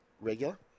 regular